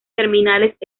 terminales